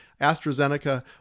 AstraZeneca